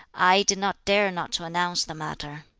i did not dare not to announce the matter.